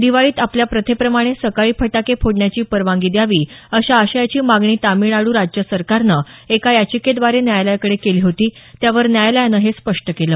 दिवाळीत आपल्या प्रथेप्रमाणे सकाळी फटाके फोडण्याची परवानगी द्यावी अशा आशयाची मागणी तामिळनाडू राज्य सरकारनं एका याचिकेद्वारे न्यायालयाकडे केली होती त्यावर न्यायालयानं हे स्पष्ट केलं